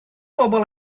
bobl